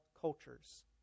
cultures